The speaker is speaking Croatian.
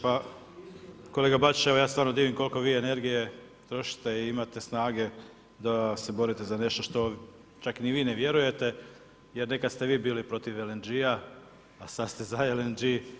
Pa kolega Bačić, evo ja se stvarno divim koliko vi energije trošite i imate snage da se borite za nešto što čak ni vi ne vjerujete jer nekad ste vi bili protiv LNG-a, a sad ste za LNG.